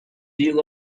deal